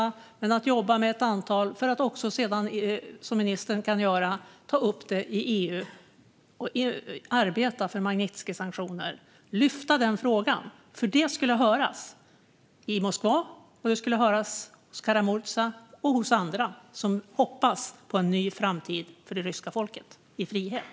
Det handlar om att jobba med ett antal för att sedan, som ministern kan göra, ta upp det i EU och arbeta för Magnitskijsanktioner. Det handlar om att lyfta fram den frågan. Det skulle höras i Moskva, och det skulle höras hos Kara-Murza och hos andra som hoppas på en ny framtid för det ryska folket i frihet.